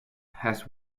has